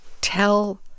tell